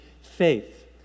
faith